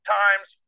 times